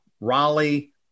Raleigh